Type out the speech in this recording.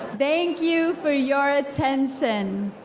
thank you for your attention.